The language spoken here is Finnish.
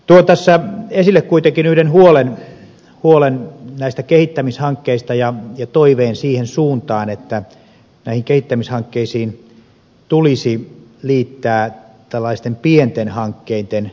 tuon tässä esille kuitenkin yhden huolen näistä kehittämishankkeista ja toiveen siihen suuntaan että näihin kehittämishankkeisiin tulisi liittää tällaisten pienten hankkeiden investointikorit